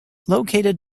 located